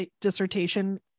dissertation